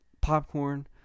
popcorn